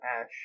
ash